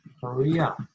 Korea